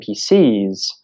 NPCs